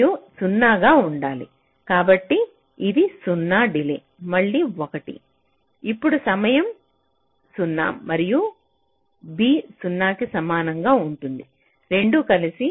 మరియు 0 గా ఉండాలి కాబట్టి ఇది 0 డిలే మళ్ళీ 1 ఇప్పుడు సమయం 0 మరియు b 0 కి సమానంగా ఉంటుంది రెండూ కలిసి